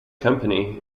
company